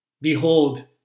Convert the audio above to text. Behold